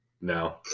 no